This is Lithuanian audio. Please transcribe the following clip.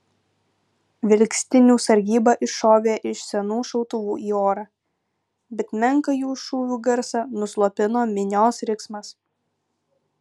vilkstinių sargyba iššovė iš senų šautuvų į orą bet menką jų šūvių garsą nuslopino minios riksmas